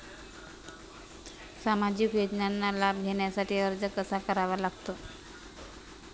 सामाजिक योजनांचा लाभ घेण्यासाठी अर्ज कसा करावा लागतो?